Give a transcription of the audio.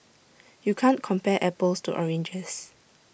you can't compare apples to oranges